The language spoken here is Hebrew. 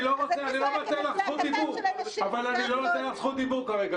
אני לא נותן לך זכות דיבור כרגע.